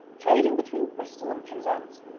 trading between bristol and penzance,